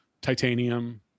Titanium